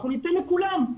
אנחנו ניתן לכולם,